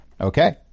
Okay